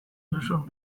duzun